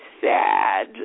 sad